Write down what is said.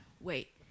wait